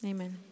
Amen